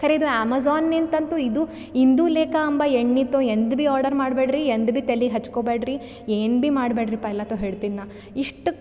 ಖರೇದ್ ಈ ಅಮೆಝನ್ನಿಂತ ಅಂತು ಇದು ಇಂದುಲೇಖ ಅಂಬೊ ಎಣ್ಣೆತೊ ಎಂದು ಬಿ ಆರ್ಡರ್ ಮಾಡಬೇಡ್ರಿ ಎಂದು ಬಿ ತಲಿಗ್ ಹಚ್ಕೋ ಬ್ಯಾಡ್ರಿ ಏನು ಬಿ ಮಾಡಬೇಡ್ರಿ ಪಯಿಲತೊ ಹೇಳ್ತಿನಿ ನಾ ಇಷ್ಟು